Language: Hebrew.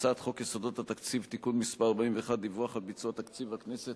הצעת חוק יסודות התקציב (תיקון מס' 41) (דיווח על ביצוע תקציב הכנסת),